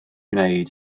gwneud